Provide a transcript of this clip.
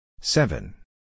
Seven